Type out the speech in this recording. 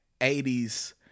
80s